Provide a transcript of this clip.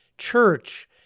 Church